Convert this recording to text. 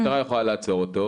משטרה יכולה לעצור אותו,